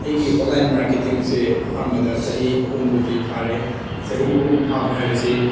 ꯑꯩꯒꯤ ꯑꯣꯟꯂꯥꯏꯟ ꯃꯥꯔꯀꯦꯠꯇꯤꯡꯁꯦ ꯑꯍꯥꯟꯕꯗ ꯆꯍꯤ ꯑꯍꯨꯝꯐꯥꯎꯗꯤ ꯐꯥꯔꯦ ꯆꯍꯤ ꯑꯍꯨꯝ ꯐꯥꯕ ꯍꯥꯏꯕꯁꯤ